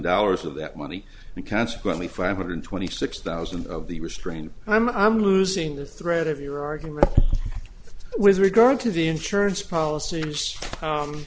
dollars of that money and consequently five hundred twenty six thousand of the restraint i'm losing the thread of your argument with regard to the insurance polic